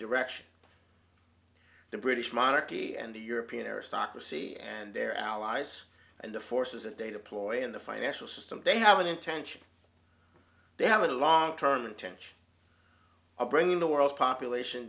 direction the british monarchy and the european aristocracy and their allies and the forces of data ploy in the financial system they have an intention they have a long term intention of bringing the world's population